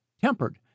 tempered